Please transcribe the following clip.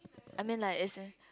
I mean like it's a